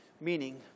meaning